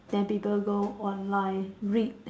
then people go online read